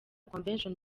convention